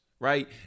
right